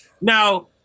now